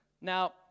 Now